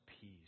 peace